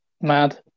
mad